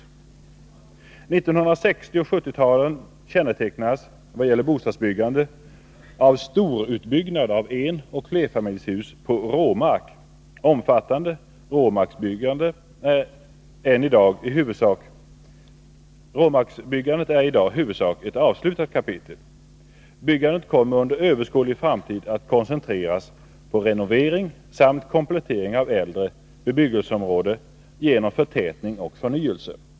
1960 och 1970-talen kännetecknades vad gäller bostadsbyggande av storutbyggnad av enoch flerfamiljshus på råmark. Omfattande råmarksbebyggande är i dag i huvudsak ett avslutat kapitel. Byggandet kommer under överskådlig framtid att koncentreras på renovering samt komplettering av äldre bebyggelseområden genom förtätning och förnyelse.